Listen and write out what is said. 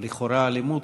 או לכאורה אלימות,